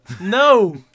No